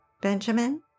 Benjamin